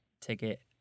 ticket